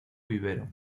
vivero